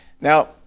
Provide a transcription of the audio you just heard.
Now